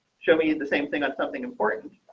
show me the same thing. that's something important.